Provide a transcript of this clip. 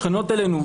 שכנות אלינו,